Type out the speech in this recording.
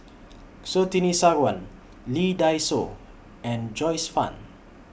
Surtini Sarwan Lee Dai Soh and Joyce fan